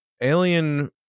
alien